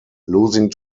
losing